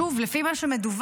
שוב, לפי מה שמדווח,